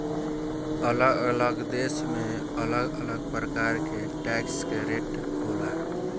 अलग अलग देश में अलग अलग प्रकार के टैक्स के रेट होला